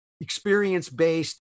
experience-based